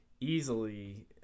easily